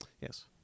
Yes